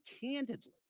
candidly